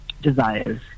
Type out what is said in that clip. desires